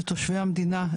לתושבי המדינה,